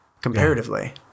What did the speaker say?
comparatively